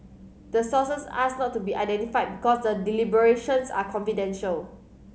the sources asked not to be identified because the deliberations are confidential